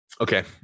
okay